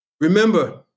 Remember